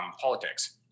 politics